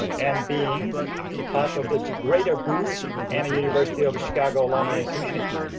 and being part of the greater booth and university of chicago alumni community.